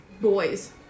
boys